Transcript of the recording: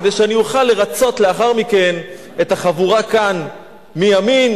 כדי שאני אוכל לרצות לאחר מכן את החבורה כאן מימין,